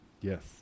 Yes